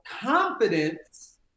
confidence